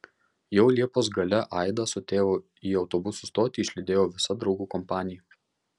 jau liepos gale aidą su tėvu į autobusų stotį išlydėjo visa draugų kompanija